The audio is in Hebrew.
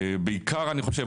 בעיקר אני חושב,